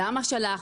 למה שלח?